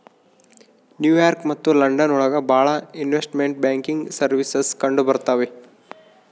new York London ಒಳಗ ಭಾಳ investment banking services ಕಂಡುಬರ್ತವೆ